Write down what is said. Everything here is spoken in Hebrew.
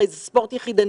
הרי זה ספורט יחידני.